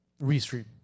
Restream